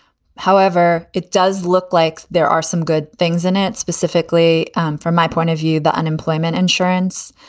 however, it does look like there are some good things in it, specifically from my point of view, the unemployment insurance.